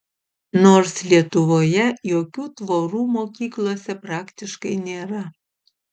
nors lietuvoje jokių tvorų mokyklose praktiškai nėra